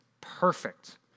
perfect